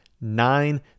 nine